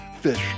Fish